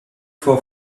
for